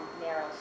narrow